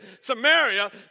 Samaria